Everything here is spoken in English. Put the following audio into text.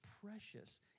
precious